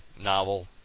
novel